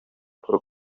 paul